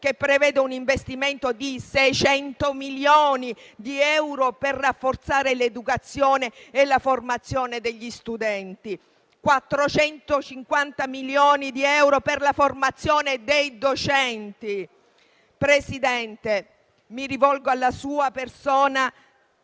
che prevede un investimento di 600 milioni di euro per rafforzare l'educazione e la formazione degli studenti e di 450 milioni di euro per la formazione dei docenti. Presidente, mi rivolgo alla sua persona